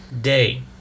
day